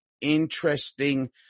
Interesting